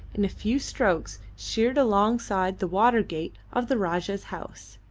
in a few strokes sheered alongside the water gate of the rajah's house.